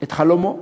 את חלומו.